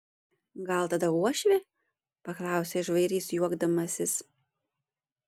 gal tada uošvė paklausė žvairys juokdamasis